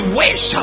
wish